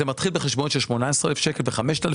זה מתחיל בחשבונות של 18,000 שקלים וב-5,000